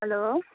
hello